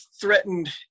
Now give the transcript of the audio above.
threatened